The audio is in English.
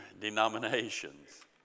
denominations